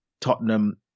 tottenham